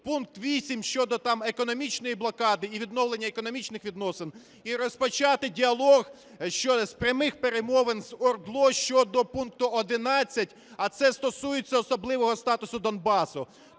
пункт 8 щодо там економічної блокади і відновлення економічних відносин. І розпочати діалог з прямих перемовин з ОРДЛО щодо пункту 11, а це стосується особливого статусу Донбасу.